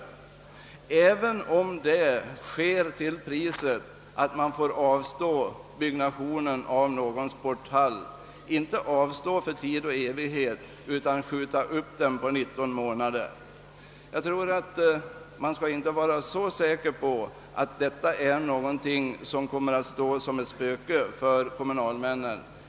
De är säkert nöjda, även om ökningen sker till priset att de måste uppskjuta byggandet av någon sporthall — alltså inte avstå för tid och evighet utan bara uppskjuta byggena 19 månader. Man skall inte vara så säker på att investeringsavgiften framstår som ett spöke för kommunalmännen.